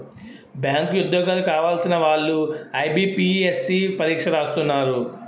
bank ఉద్యోగాలు కావలసిన వాళ్లు ఐబీపీఎస్సీ పరీక్ష రాస్తున్నారు